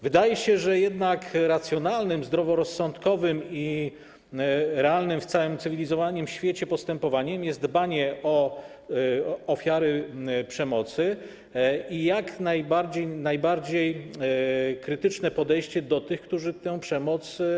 Wydaje się, że racjonalnym, zdroworozsądkowym i realnym w całym cywilizowanym świecie postępowaniem jest dbanie o ofiary przemocy i jak najbardziej krytyczne podejście do tych, którzy stosują przemoc.